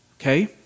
Okay